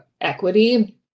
equity